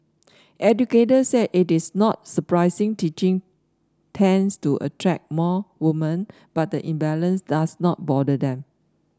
educators said it is not surprising teaching tends to attract more women but the imbalance does not bother them